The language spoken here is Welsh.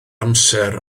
amser